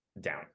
down